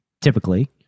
typically